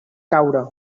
caure